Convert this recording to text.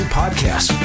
podcast